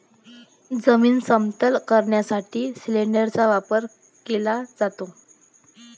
जमीन समतल करण्यासाठी सिलिंडरचा वापर केला जातो